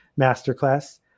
masterclass